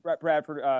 Bradford